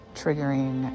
triggering